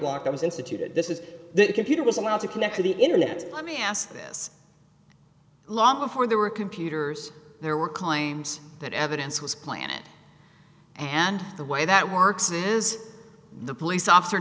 block i was instituted this is the computer was allowed to connect to the internet let me ask this long before there were computers there were calling that evidence was planted and the way that works and as the police officer